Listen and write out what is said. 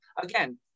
again